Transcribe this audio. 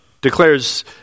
declares